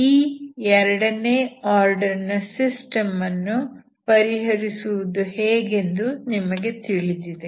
ಈ ಎರಡನೇ ಆರ್ಡರ್ ನ ಸಿಸ್ಟಮ್ ಅನ್ನು ಪರಿಹರಿಸುವುದು ಹೇಗೆಂದು ನಿಮಗೆ ಗೊತ್ತಿದೆ